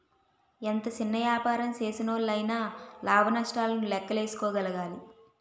ఎంత సిన్న యాపారం సేసినోల్లయినా లాభ నష్టాలను లేక్కేసుకోగలగాలి